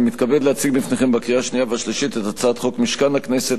אני מתכבד להציג בפניכם לקריאה השנייה והשלישית את הצעת חוק משכן הכנסת,